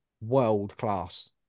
world-class